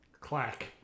Clack